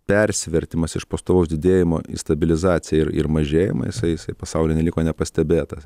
persivertimas iš pastovaus didėjimo į stabilizaciją ir ir mažėjimą jisai jisai pasauly neliko nepastebėtas